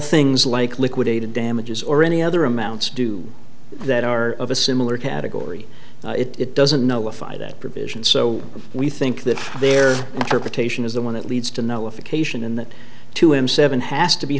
things like liquidated damages or any other amounts do that are of a similar category it doesn't know if i that provision so we think that their interpretation is the one that leads to no if occasion and that to him seven has to be